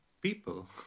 People